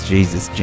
Jesus